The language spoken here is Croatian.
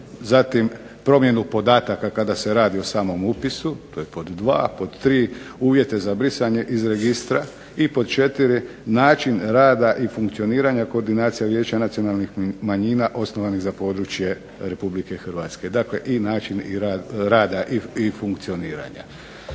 zatim promjenu podataka kada se radi o samom upisu, to je pod 2. Pod 3. uvjete za brisanje iz registra i pod 4. način rada i funkcioniranja koordinacija Vijeća nacionalnih manjina osnovanih za područje RH. Dakle, i način rada i funkcioniranja.